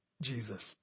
Jesus